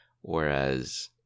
Whereas